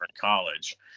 college